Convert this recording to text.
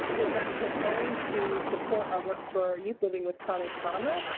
in that preparing to support our work for our youth living with chronic trauma,